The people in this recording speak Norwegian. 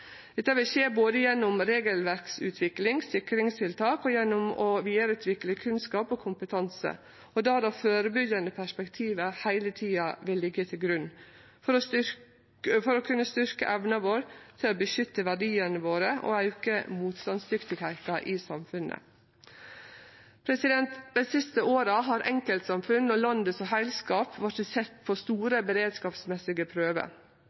Dette vil skje gjennom både regelverksutvikling, sikringstiltak og å vidareutvikle kunnskap og kompetanse, der det førebyggjande perspektivet heile tida vil liggje til grunn, for å kunne styrkje evna vår til å beskytte verdiane våre og auke motstandsdyktigheita i samfunnet. Dei siste åra har enkeltsamfunn og landet som heilskap vorte sett på store beredskapsmessige prøver.